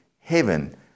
heaven